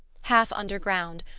half underground,